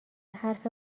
حرف